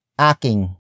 aking